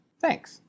Thanks